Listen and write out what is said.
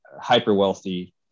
hyper-wealthy